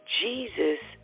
Jesus